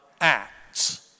Acts